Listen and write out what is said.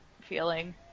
feeling